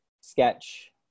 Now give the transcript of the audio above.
sketch